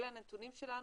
אלה הנתונים שלנו,